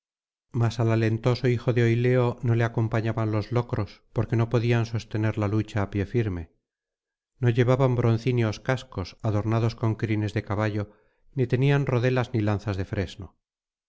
mas al alentoso hijo de oileo no le acompañaban los locros porque no podían sostener una lucha á pie firme no llevaban broncíneos cascos adornados con crines de caballo ni tenían rodelas ni lanzas de fresno